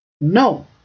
no